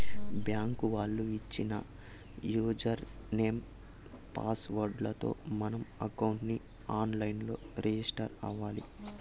bank వాళ్ళు ఇచ్చిన user name, password లతో మనం అకౌంట్ ని ఆన్ లైన్ లో రిజిస్టర్ అవ్వాలి